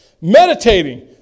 meditating